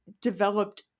developed